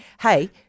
Hey